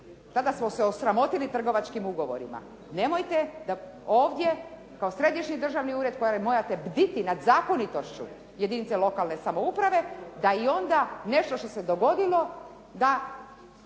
Tada smo se osramotili trgovačkim ugovorima. Nemojte da ovdje kao Središnji državni ured koji morate bditi nad zakonitošću jedinice lokalne samouprave da onda nešto što se dogodilo da